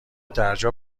درجا